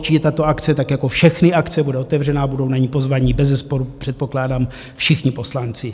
Určitě tato akce tak jako všechny akce bude otevřená, budou na ni pozvaní bezesporu předpokládám všichni poslanci.